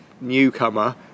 newcomer